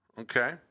okay